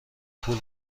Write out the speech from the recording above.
پول